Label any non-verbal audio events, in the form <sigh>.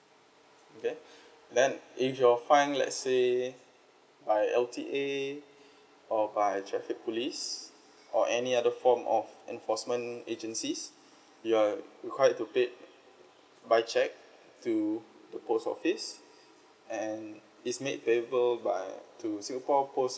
okay <breath> then if you're fined lets say by L_T_A <breath> or by traffic police or any other form of enforcement agencies you are required to pay by cheque to the post office and it's made payable by to singapore post